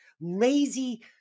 lazy